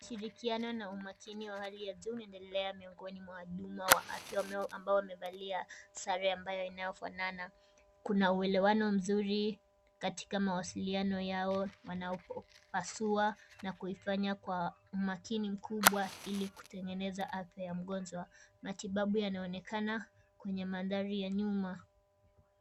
Ushirikiano na umakini wa hali ya juu unaendelea miongoni mwa wahudumu wa afya ambao wamevalia sare ambayo inayofanana, kuna uelewano mzuri katika mawasiliano yao wanaopasua na kuifanya kwa umakini mkubwa ili kutengeneza afya ya mgonjwa, matibabu yanaonekana kwenye mandhari ya nyuma.